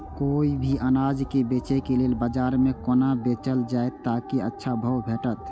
कोय भी अनाज के बेचै के लेल बाजार में कोना बेचल जाएत ताकि अच्छा भाव भेटत?